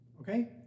Okay